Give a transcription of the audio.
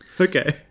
okay